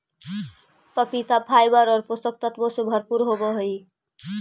पपीता फाइबर और पोषक तत्वों से भरपूर होवअ हई